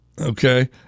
Okay